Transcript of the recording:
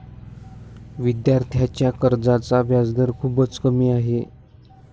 विद्यार्थ्यांच्या कर्जाचा व्याजदर खूपच कमी आहे